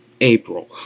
April